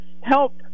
help